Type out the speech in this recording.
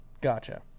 Gotcha